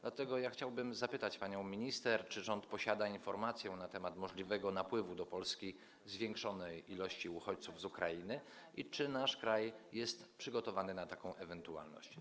Dlatego chciałbym zapytać panią minister, czy rząd posiada informację na temat możliwego napływu do Polski zwiększonej liczby uchodźców z Ukrainy i czy nasz kraj jest przygotowany na taką ewentualność.